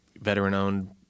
veteran-owned